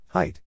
Height